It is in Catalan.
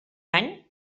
any